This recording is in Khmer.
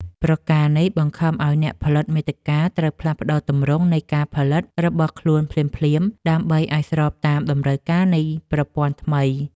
ប្រការនេះបង្ខំឱ្យអ្នកផលិតមាតិកាត្រូវផ្លាស់ប្តូរទម្រង់នៃការផលិតរបស់ខ្លួនភ្លាមៗ ដើម្បីឱ្យស្របតាមតម្រូវការនៃប្រព័ន្ធថ្មី។